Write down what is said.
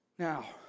Now